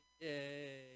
Yay